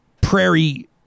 prairie